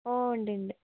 ഓ ഉണ്ട് ഉണ്ട്